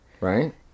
Right